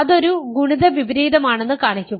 അത് ഒരു ഗുണിത വിപരീതമാണെന്ന് കാണിക്കുക